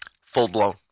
Full-blown